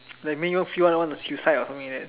like make you feel want to suicide or something like that